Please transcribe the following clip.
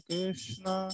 Krishna